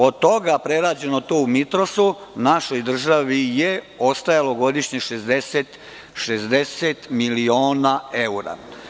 Od toga prerađeno tu u „Mitrosu“, našoj državi je ostajalo godišnje 60 miliona evra.